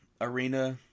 arena